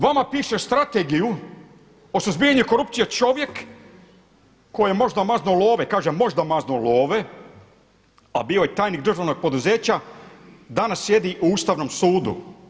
Vama piše strategiju o suzbijanju korupcije čovjek koji je možda maznuo love, kažem možda maznuo love, a bio je tajnik državnog poduzeća, danas sjedi u Ustavnom sudu.